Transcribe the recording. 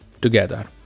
together